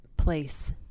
place